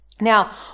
Now